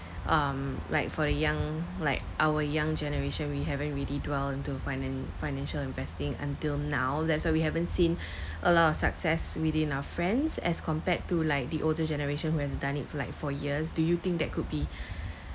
um like for the young like our young generation we haven't really dwell into finan~ financial investing until now that's why we haven't seen a lot of success within our friends as compared to like the older generation who has done it for like for years do you think that could be